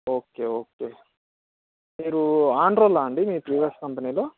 okay okay మీరు ఆన్రోలా అండి మీ ప్రీవియస్ కంపెనీలో